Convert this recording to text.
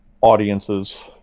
audiences